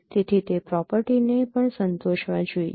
તેથી તે પ્રોપર્ટીને પણ સંતોષવા જોઈએ